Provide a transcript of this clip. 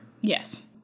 Yes